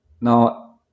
Now